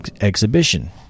exhibition